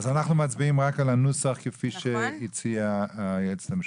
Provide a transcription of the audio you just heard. אז אנו מצבעים על הנוסח כפי שהציעה היועצת המשפטית.